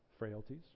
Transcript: frailties